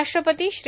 राष्ट्रपती श्री